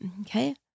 Okay